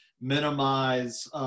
minimize